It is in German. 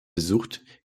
besucht